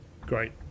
Great